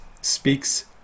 speaks